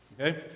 Okay